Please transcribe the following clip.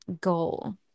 goal